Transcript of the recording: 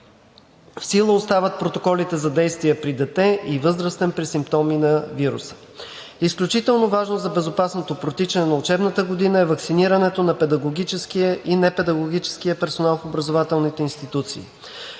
В сила остават протоколите за действие при дете и възрастен при симптоми на вируса. Изключително важно за безопасното протичане на учебната година е ваксинирането на педагогическия и непедагогическия персонал в образователните институции.